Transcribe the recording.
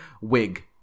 Wig